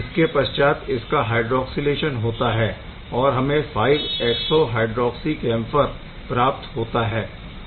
इसके पश्चात इसका हय्ड्रोक्सिलेशन होता है और हमे 5 एक्सो हाइड्राक्सी कैम्फर प्राप्त होता है